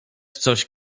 coś